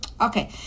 Okay